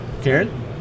Karen